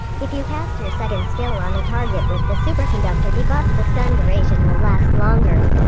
if you cast your second skill on a target with the superconductor debuff, the stun duration will last longer.